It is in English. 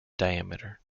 diameter